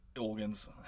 organs